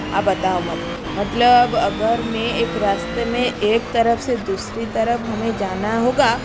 आप बताओ मत मतलब अगर मे एक रास्ते में एक तरफ से दूसरी तरफ हमें जाना होगा